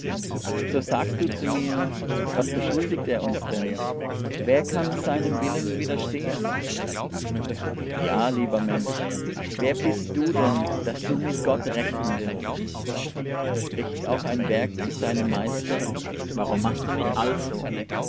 so sagst du zu mir was beschuldigt er uns denn wer kann seinem willen widerstehen ja lieber mensch wer bist du denn daß du mit gott rechten willst spricht auch ein werk zu seinem meister warum machst du mich also